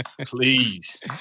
please